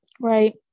right